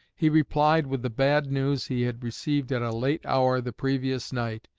he replied with the bad news he had received at a late hour the previous night,